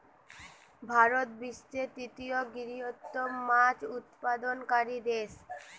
ভারত বিশ্বের তৃতীয় বৃহত্তম মাছ উৎপাদনকারী দেশ